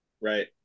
Right